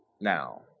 Now